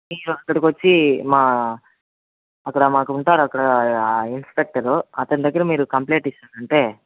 మీరక్కడకొచ్చి మా అక్కడ మాకుంటారు అక్కడ ఇన్స్పెక్టరు అతని దగ్గర మీరు కంప్లయింట్ ఇచ్చారంటే